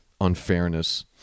unfairness